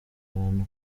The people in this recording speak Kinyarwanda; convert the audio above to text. abantu